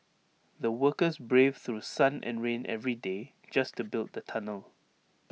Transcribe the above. the workers braved through sun and rain every day just to build the tunnel